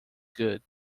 good